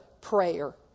prayer